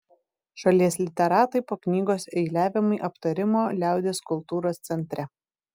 šalies literatai po knygos eiliavimai aptarimo liaudies kultūros centre